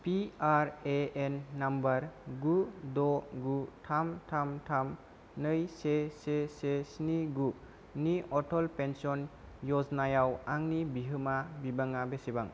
P R A N number गु द' गु थाम थाम थाम नै से से से स्नि गुनि अटल पेन्सन य'जनायाव आंनि बिहोमा बिबाङा बेसेबां